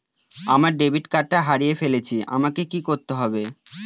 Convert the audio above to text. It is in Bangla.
আমার ডেবিট কার্ডটা হারিয়ে ফেলেছি আমাকে কি করতে হবে?